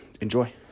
Enjoy